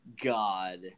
God